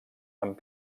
amb